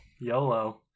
YOLO